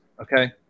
Okay